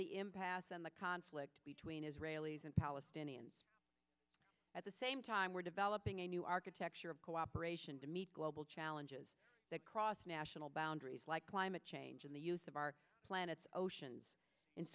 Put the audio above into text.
the impasse in the conflict between israelis and palestinians at the same time we're developing a new architecture of cooperation to meet global challenges that cross national boundaries like climate change and the use of our planet's oceans